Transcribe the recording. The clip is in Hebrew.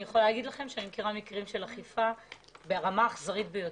אני יכולה לומר לכם שאני מכירה מקרים של אכיפה ברמה אכזרית ביותר.